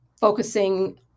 focusing